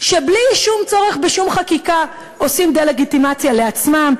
שבלי שום צורך בשום חקיקה עושים דה-לגיטימציה לעצמם?